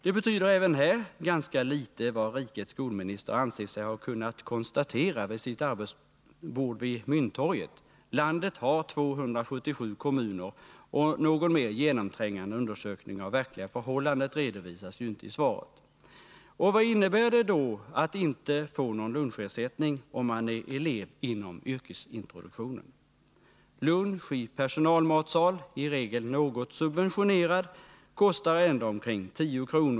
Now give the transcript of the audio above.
Det betyder även här ganska litet vad rikets skolminister anser sig ha kunnat konstatera vid sitt arbetsbord vid Mynttorget. Landet har 277 kommuner, och någon mer genomträngande undersökning av verkliga förhållandet redovisas inte i svaret. Vad innebär det då att inte få någon lunchersättning om man är elev inom yrkesintroduktionen? Lunch i personalmatsal, i regel något subventionerad, kostar ändå omkring 10 kr.